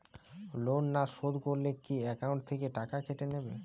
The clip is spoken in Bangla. লোন না শোধ করলে কি একাউন্ট থেকে টাকা কেটে নেবে?